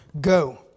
go